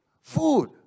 Food